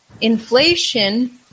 inflation